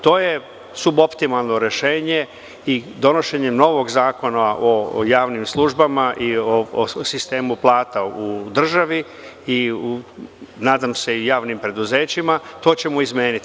To je suboptimalno rešenje i donošenjem novog zakona o javnim službama i o sistemu plata u državi i nadam se, javnim preduzećima, to ćemo izmeniti.